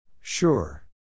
Sure